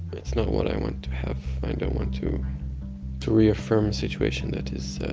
it's not what i want to have. i don't want to to reaffirm a situation that is,